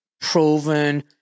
proven